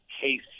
case